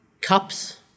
cups